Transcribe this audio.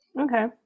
Okay